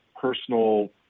personal